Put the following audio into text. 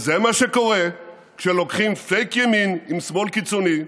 זה מה שקורה כשלוקחים פייק ימין עם שמאל קיצוני,